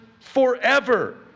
forever